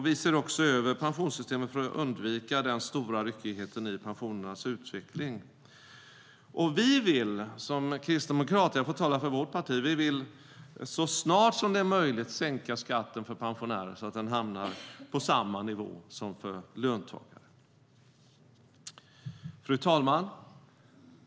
Vi ser också över pensionssystemet för att undvika den stora ryckigheten i pensionernas utveckling. Vi vill som kristdemokrater - jag får tala för vårt parti - så snart det är möjligt sänka skatten för pensionärer så att den hamnar på samma nivå som för löntagare. Fru talman!